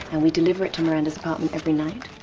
and we deliver it to miranda's apartment every night,